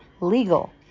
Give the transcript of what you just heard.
legal